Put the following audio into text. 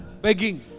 Begging